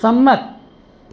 સંમત